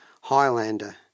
Highlander